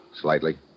Slightly